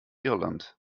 irland